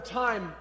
time